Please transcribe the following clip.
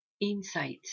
insights